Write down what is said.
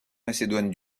macédoine